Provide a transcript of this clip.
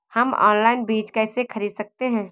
हम ऑनलाइन बीज कैसे खरीद सकते हैं?